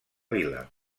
vila